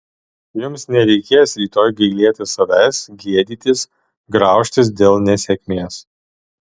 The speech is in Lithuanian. jums nereikės rytoj gailėtis savęs gėdytis graužtis dėl nesėkmės